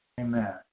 Amen